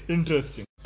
Interesting